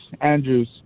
andrews